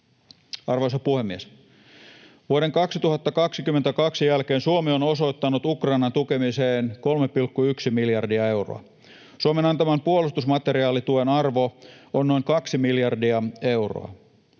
Arvoisa puhemies! Vuoden 2022 jälkeen Suomi on osoittanut Ukrainan tukemiseen 3,1 miljardia euroa. Suomen antaman puolustusmateriaalituen arvo on noin kaksi miljardia euroa.